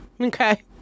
okay